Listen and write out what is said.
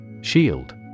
Shield